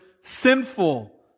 sinful